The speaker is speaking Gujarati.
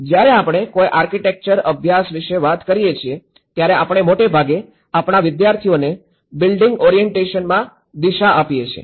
જ્યારે આપણે કોઈ આર્કિટેક્ચર અભ્યાસ વિશે વાત કરીએ છીએ ત્યારે આપણે મોટે ભાગે આપણા વિદ્યાર્થીઓને બિલ્ડિંગ ઓરિએન્ટેશનમાં દિશા આપીએ છીએ